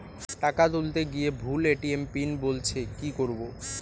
টাকা তুলতে গিয়ে ভুল এ.টি.এম পিন বলছে কি করবো?